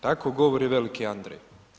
Tako govori veliki Andrej.